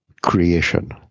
creation